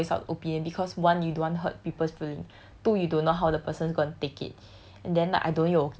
it's harder for me to voice out opinion because one you don't want hurt people's feelings two you don't know how the person is gonna take it